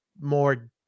more